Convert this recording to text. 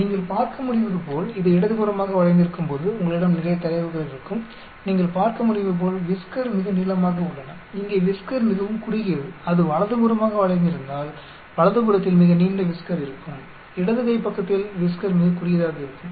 நீங்கள் பார்க்க முடிவதுபோல் இது இடதுபுறமாக வளைந்திருக்கும் போது உங்களிடம் நிறைய தரவுகள் இருக்கும் நீங்கள் பார்க்க முடிவதுபோல் விஸ்கர் மிக நீளமாக உள்ளன இங்கே விஸ்கர் மிகவும் குறுகியது அது வலதுபுறமாக வளைந்திருந்தால் வலது புறத்தில் மிக நீண்ட விஸ்கர் இருக்கும் இடது கை பக்கத்தில் விஸ்கர் மிகக் குறுகியதாக இருக்கும்